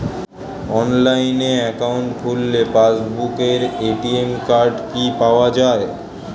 Online account খুললে passbook আর ATM card কি পাওয়া যায়?